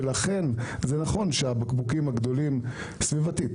ולכן זה נכון שהבקבוקים הגדולים סביבתית,